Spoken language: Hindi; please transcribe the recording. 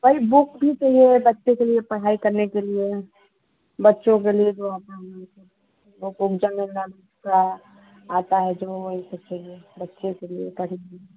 वही बुक भी चाहिए बच्चे के लिए पढ़ाई करने के लिए बच्चों के लिए जो आता है वही सब वह का आता है जो वही सब चाहिए बच्चों के लिए पढ़ेंगे